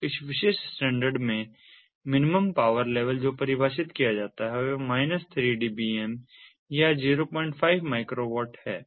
तो इस विशेष स्टैंडर्ड में मिनिमम पावर लेवल जो परिभाषित किया गया है वह माइनस 3 डीबीएम या 05 माइक्रोवाट है